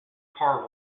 car